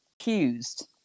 accused